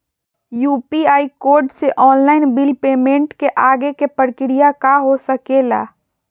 UPI code से online bill payment के आगे के प्रक्रिया का हो सके ला?